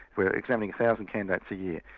we are examining a thousand candidates a year,